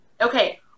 Okay